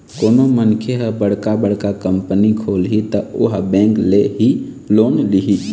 कोनो मनखे ह बड़का बड़का कंपनी खोलही त ओहा बेंक ले ही लोन लिही